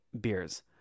beers